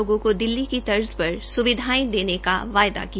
लोगों को दिल्ली की तर्ज पर सुविधायें देने का वायदा किया